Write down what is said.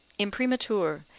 imprimatur,